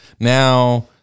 Now